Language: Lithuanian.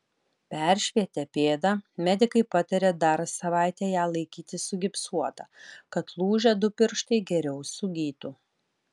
peršvietę pėdą medikai patarė dar savaitę ją laikyti sugipsuotą kad lūžę du pirštai geriau sugytų